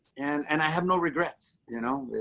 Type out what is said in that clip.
and and i have no regrets. you know,